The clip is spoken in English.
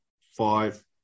five